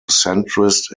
centrist